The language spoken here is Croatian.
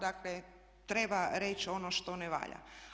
Dakle, treba reći ono što ne valja.